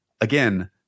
Again